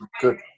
good